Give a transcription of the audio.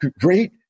great